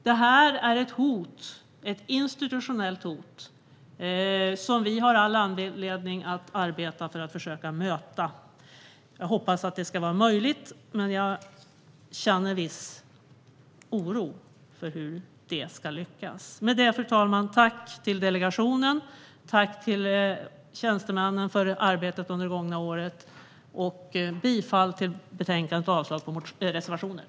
Det är ett institutionellt hot som vi har all anledning att arbeta med för att försöka möta. Jag hoppas att det ska vara möjligt, men jag känner viss oro för hur det ska lyckas. Fru talman! Jag tackar delegationen och tjänstemännen för arbetet under det gångna året. Jag yrkar bifall till utskottets förslag och avslag på reservationerna.